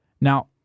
Now